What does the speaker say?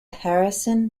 harrison